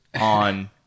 on